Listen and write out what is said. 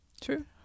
True